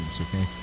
okay